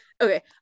Okay